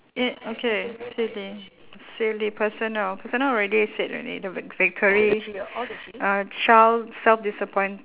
i~ okay silly silly personal personal already said already the vic~ victory uh child self disappoint